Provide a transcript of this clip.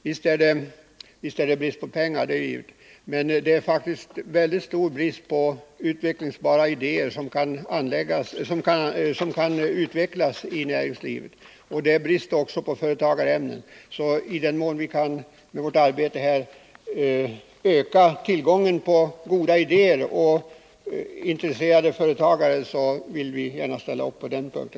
Visst är det brist på pengar, det är givet, men det är faktiskt mycket stor brist på utvecklingsbara idéer som kan användas inom näringslivet. Det är också brist på företagarämnen. I den mån vi med vårt arbete här kan öka tillgången på goda idéer och intresserade företagare vill vi gärna ställa upp på detta område.